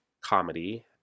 comedy